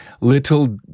little